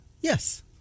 Yes